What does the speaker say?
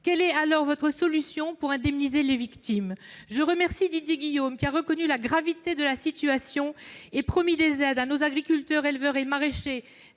quelle solution proposez-vous pour indemniser les victimes ? Je remercie Didier Guillaume, qui a reconnu la gravité de la situation et promis des aides aux agriculteurs, éleveurs et maraîchers